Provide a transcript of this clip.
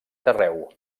carreu